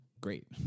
great